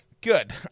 Good